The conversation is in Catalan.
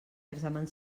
examen